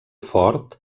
fort